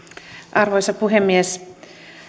arvoisa puhemies